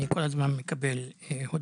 אני כל הזמן מקבל הודעות.